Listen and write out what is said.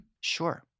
sure